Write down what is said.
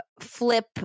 flip